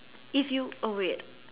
if you oh wait